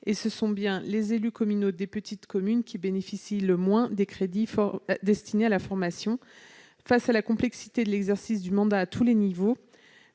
Ce sont bien les élus des petites communes qui bénéficient le moins des crédits destinés à la formation. Face à la complexité de l'exercice du mandat à tous les niveaux